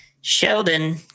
Sheldon